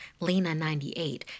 Lena98